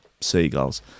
seagulls